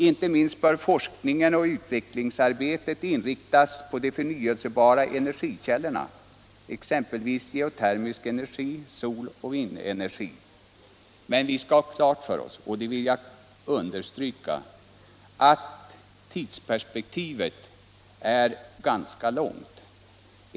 Inte minst bör forskningen och utvecklingsarbetet inriktas på de förnyelsebara energikällorna, exempelvis geotermisk energi, solenergi och vindenergi. Men vi skall ha klart för oss — och det vill jag understryka — att tidsperspektivet är ganska långt.